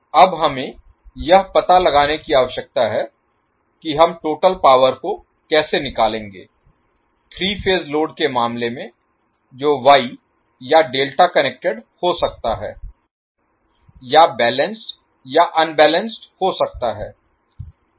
अब हमें यह पता लगाने की आवश्यकता है कि हम टोटल पावर को कैसे निकालेंगे 3 फेज लोड के मामले में जो वाई या डेल्टा कनेक्टेड हो सकता है या बैलेंस्ड या अनबैलेंस्ड हो सकता है